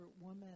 woman